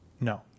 No